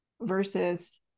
versus